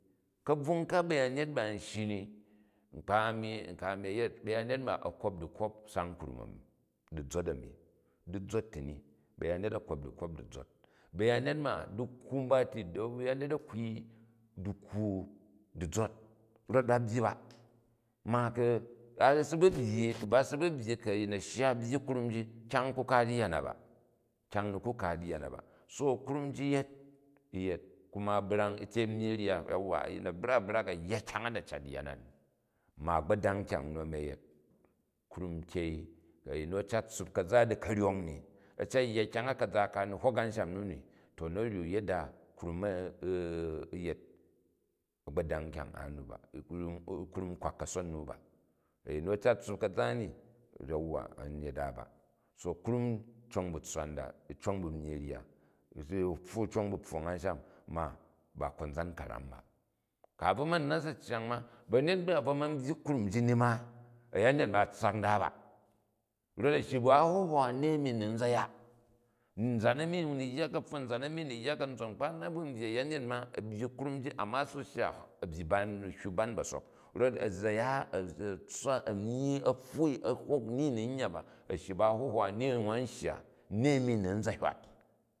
Kabvung ka ba̱janyet ba n shyi n ka a̱ni byet, biyanyet ma a kop dikop sanu krum ani, dizo ani, dizot ti ni ba̱yanyet a̱ kop dikop dizo. Bayanyet ma dikwa mba ti bayanyet a̱ kwai dikwu dizot rot ba layyi ba, ma ku ai by byyi ku ba si bu byyi, ku ayin a shyi a̱ byyi krum ji kyang n ku kaat yya na ba, kyang ni ku kaat yya na ba. So krum ji yet, u yat kumu u, brang, u tyei myyi rya. Ayin a brak brak a̱ yya kyang a na cat yya na ni. Da a̱gbodang kyang u nu a̱mi a yet, krum tyei a̱yim nu a̱ cat tssup ka̱za di karyong ni, a̱ cat yya kyang a ka̱za, ka ai hok ausham nu ni, to na̱ nyok yada krum u yet a̱gbodang kyang a nu ba krum u kwak kason nu ba. Ayin nu a̱ cat tssup kaza ni yauwa, an yada bar ati so krum con bu tsswa nda, u cong by nyyi rya krum cong bu pfong anshan ma ba konzan ka̱ran ba. Ku a bin ma̱ mat si cyang ma ba̱nyet ba a̱ bvo ma̱ byyi krum ji ni ma, a̱yanyet ma a̱ tssak nda ba, rot a̱ shyi bu a hihwa, ni aini n mi ni za̱ ya, a̱nzan a̱ni n ni yya kapfun, a̱nzan a̱nii n ni yya ka̱ntson, nkpa na bu n byyi a̱yayet ma, a̱ byyi krum ji, amma a si shya, a̱ hgyi hywa ban ba̱sok rot, a̱ za ya a̱ myyi, a̱ pfwui, a̱ hok ni n mi nyya ba, a̱ shyi bu ahuhwa ni n n shya ni a̱ni we ni u za̱ hywat.